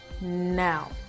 now